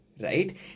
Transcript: right